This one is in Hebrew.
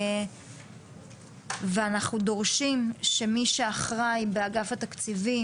אנחנו דורשים שמי שאחראי באגף התקציבים,